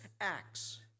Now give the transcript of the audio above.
acts